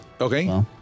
Okay